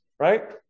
right